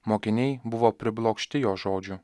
mokiniai buvo priblokšti jo žodžių